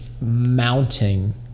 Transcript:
mounting